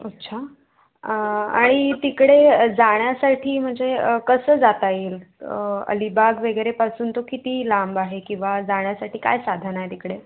अच्छा आणि तिकडे जाण्यासाठी म्हणजे कसं जाता येईल अलीबाग वगैरेपासून तो किती लांब आहे किंवा जाण्यासाठी काय साधन आहे तिकडे